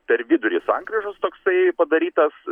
per vidurį sankryžos toksai padarytas